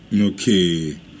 Okay